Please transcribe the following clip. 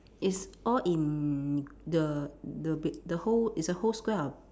it's all in the the the whole it's a whole square of